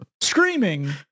Screaming